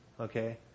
Okay